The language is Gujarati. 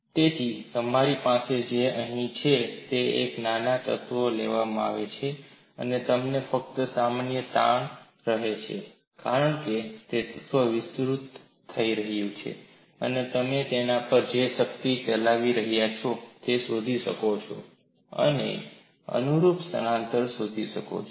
તેથી તમારી પાસે જે અહીં છે તે છે એક નાનો તત્વ લેવામાં આવે છે અને તમને ફક્ત સામાન્ય તાણ રહે છે કારણ કે તે તત્વ વિસ્તૃત થઈ ગયું છે અને તમે તેના પર જે શક્તિ ચલાવી રહ્યા છો તે શોધી શકો છો અને તેને અનુરૂપ સ્થાનાંતર શોધી શકો છો